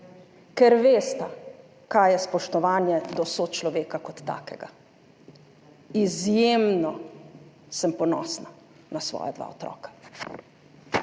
ker vesta, kaj je spoštovanje do sočloveka kot takega. Izjemno sem ponosna na svoja dva otroka.